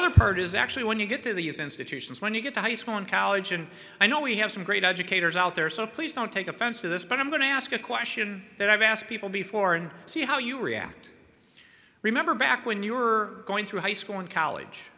other part is actually when you get to these institutions when you get to high school and college and i know we have some great educators out there so please don't take offense to this but i'm going to ask a question that i've asked people before and see how you react remember back when you were going through high school in college